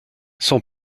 son